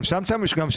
גם שם נצמיד.